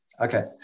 Okay